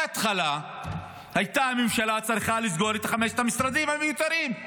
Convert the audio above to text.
מההתחלה הממשלה הייתה צריכה לסגור את חמשת המשרדים המיותרים.